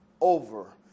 over